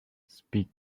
speak